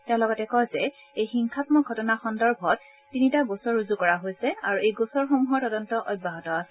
তেওঁ লগতে কয় যে এই হিংসামক ঘটনা সন্দৰ্ভত তিনিটা গোচৰ ৰুজু কৰা হৈছে আৰু এই গোচৰসমূহৰ তদন্ত অব্যাহত আছে